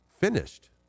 finished